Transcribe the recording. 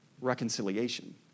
reconciliation